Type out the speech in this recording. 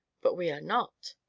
but we are not.